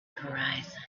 horizon